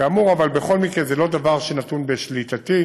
כאמור, בכל מקרה זה לא דבר שנתון בשליטתי.